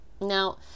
Now